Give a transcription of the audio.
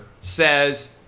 says